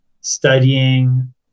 studying